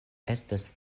estas